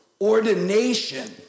ordination